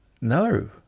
No